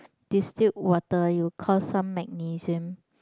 distilled water you cause some magnesium